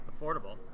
affordable